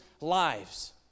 lives